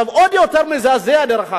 עוד יותר מזעזע, דרך אגב,